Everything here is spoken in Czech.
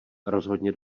rozhodně